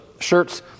shirts